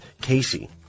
Casey